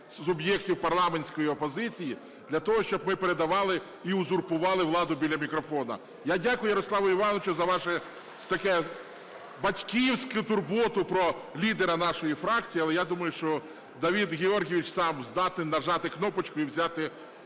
суб'єктів парламентської опозиції для того, щоб ми передавали і узурпували владу біля мікрофону. Я дякую, Ярославе Івановичу, за вашу таку батьківську турботу про лідера нашої фракції, але я думаю, що Давид Георгійович сам здатен нажати кнопочку і взяти